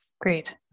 great